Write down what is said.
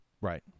Right